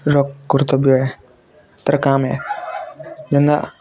ର କର୍ତ୍ତବ୍ୟ ହେ ତାର୍ କାମ୍ ହେ ଯେନ୍ତା